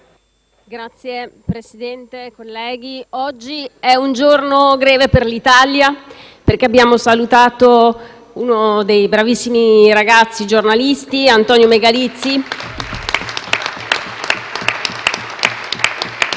Signor Presidente, oggi è un giorno greve per l'Italia, perché abbiamo salutato un bravissimo ragazzo, un giornalista, Antonio Megalizzi.